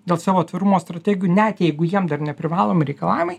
dėl savo tvarumo strategijų net jeigu jiem dar neprivalomi reikalavimai